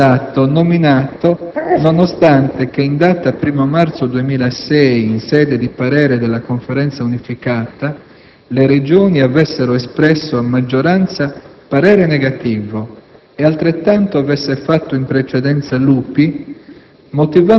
era stato nominato nonostante, in data 1° marzo 2006, in sede di parere della Conferenza unificata, le Regioni avessero espresso a maggioranza parere negativo - e altrettanto avesse fatto in precedenza l'UPI